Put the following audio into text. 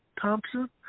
Thompson